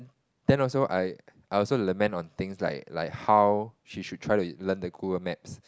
then also I I also lament on things like like how she should try to learn the Google Maps